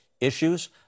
issues